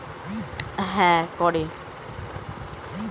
বীজ, টিউবার সব বাঁচিয়ে গাছ গুলোর প্রজনন করে